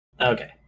Okay